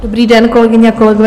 Dobrý den, kolegyně a kolegové.